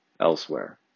elsewhere